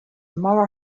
more